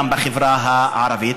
גם בחברה הערבית,